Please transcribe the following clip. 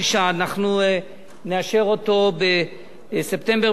אנחנו נאשר אותו בספטמבר, בעזרת השם.